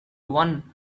one